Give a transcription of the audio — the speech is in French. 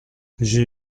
j’ai